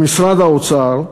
במשרד האוצר,